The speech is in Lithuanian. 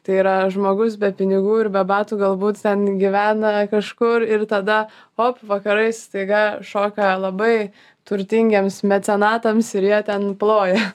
tai yra žmogus be pinigų ir be batų galbūt ten gyvena kažkur ir tada op vakarais staiga šoka labai turtingiems mecenatams ir jie ten ploja